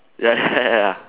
ya ya ya